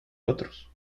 otros